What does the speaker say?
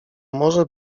morze